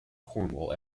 cornwall